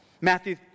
Matthew